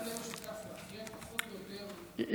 יש איזה מכנה משותף, מאפיין פחות או יותר, לצערנו,